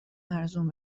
ارزون